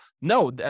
no